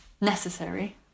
necessary